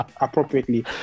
appropriately